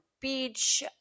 beach